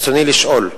רצוני לשאול: